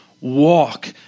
walk